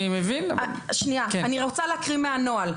אני רוצה להקריא מהנוהל,